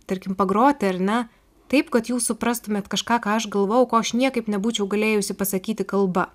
tarkim pagroti ar ne taip kad jūs suprastumėt kažką ką aš galvoju ko aš niekaip nebūčiau galėjusi pasakyti kalba